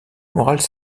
morales